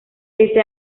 pese